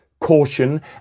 caution